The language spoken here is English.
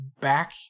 back